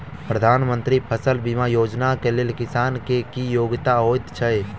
प्रधानमंत्री फसल बीमा योजना केँ लेल किसान केँ की योग्यता होइत छै?